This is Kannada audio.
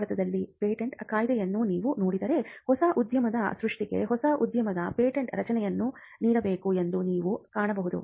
ಭಾರತದಲ್ಲಿ ಪೇಟೆಂಟ್ ಕಾಯ್ದೆಯನ್ನು ನೀವು ನೋಡಿದರೆ ಹೊಸ ಉದ್ಯಮದ ಸೃಷ್ಟಿಗೆ ಹೊಸ ಉದ್ಯಮದ ಪೇಟೆಂಟ್ ರಚನೆಯನ್ನು ನೀಡಬೇಕು ಎಂದು ನೀವು ಕಾಣಬಹುದು